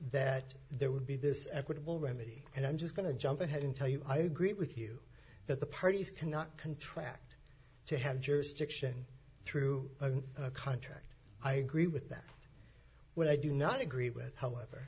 that there would be this equitable remedy and i'm just going to jump ahead and tell you i agree with you that the parties cannot contract to have jurisdiction through a contract i agree with that when i do not agree with however